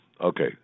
okay